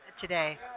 today